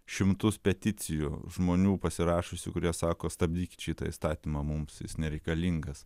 šimtus peticijų žmonių pasirašiusių kurie sako stabdykit šitą įstatymą mums jis nereikalingas